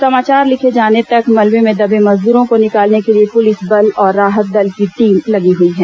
समाचार लिखे जाने तक मलबे में दबे मजदूरों को निकालने के लिए पुलिस बल और राहत दल की टीम लगी हई है